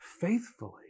faithfully